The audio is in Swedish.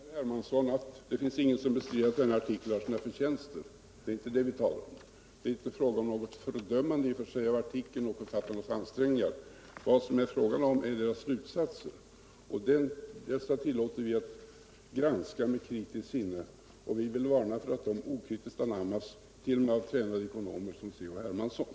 Jag vill säga till herr Hermansson att det finns ingen som bestrider att artikeln har sina förtjänster — det är inte det vi talar om. Det är inte heller fråga om något fördömande av artikeln och författarnas ansträngningar. Vad det gäller är deras slutsatser. Dessa tillåter vi oss att granska med kritiskt sinne. Vi vill varna för att de okritiskt anammas t.o.m. av tränade ekonomer som C-- H. Hermansson.